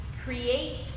create